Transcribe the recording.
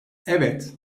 evet